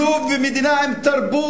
לוב זו מדינה עם תרבות.